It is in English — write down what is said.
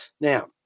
Now